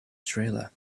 trailer